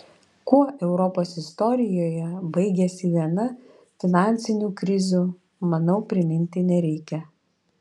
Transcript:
kuo europos istorijoje baigėsi viena finansinių krizių manau priminti nereikia